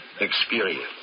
Experience